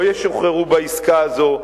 לא ישוחררו בעסקה הזאת.